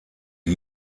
die